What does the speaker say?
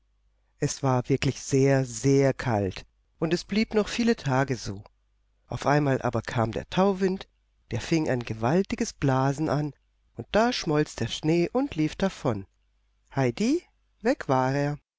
es war wirklich sehr sehr kalt und es blieb noch viele tage so auf einmal aber kam der tauwind der fing ein gewaltiges blasen an und da schmolz der schnee und lief davon heidi weg war er